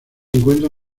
encuentra